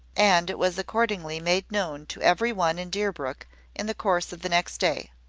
and it was accordingly made known to every one in deerbrook in the course of the next day